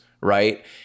right